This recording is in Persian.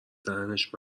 دهنش